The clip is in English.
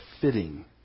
fitting